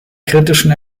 kritischen